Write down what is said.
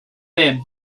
them